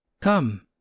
come